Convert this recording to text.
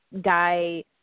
guy